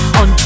on